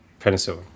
penicillin